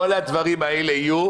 כל הדברים האלה יהיו.